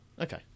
Okay